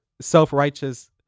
self-righteous